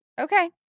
Okay